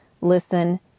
listen